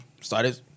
started